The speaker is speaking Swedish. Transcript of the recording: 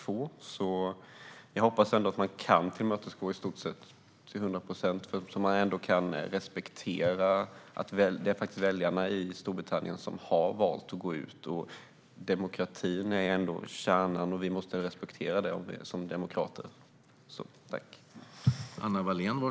Därför hoppas jag att man kan tillmötesgå detta till i stort sett hundra procent och att man accepterar att det faktiskt är väljarna i Storbritannien som har valt att gå ur EU. Demokratin är ändå kärnan. Och vi som demokrater måste respektera detta.